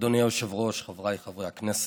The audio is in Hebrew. אדוני היושב-ראש, חבריי חברי הכנסת,